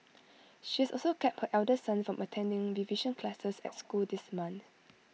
she has also kept her elder son from attending revision classes at school this month